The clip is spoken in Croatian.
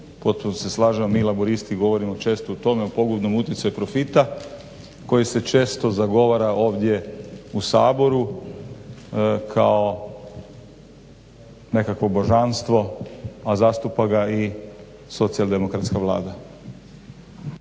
Potpuno se slažem, mi Laburisti govorimo često o tome o pogubnom utjecaju profita koji se često zagovara ovdje u Saboru kao nekakvo božanstvo, a zastupa ga i socijaldemokratska vlada.